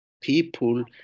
People